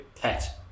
pet